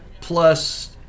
plus